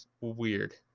weird